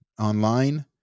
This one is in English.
online